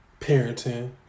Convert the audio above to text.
parenting